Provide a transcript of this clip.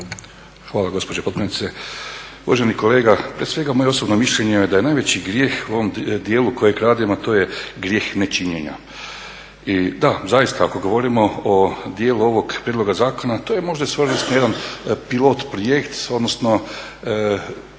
Hvala gospođo potpredsjednice. Uvaženi kolega, moje osobno mišljenje je da je najveći grijeh u ovom dijelu … to je grijeh nečinjenja. I da, zaista ako govorimo o dijelu ovog prijedloga zakona, to je možda … jedan pilot projekt, odnosno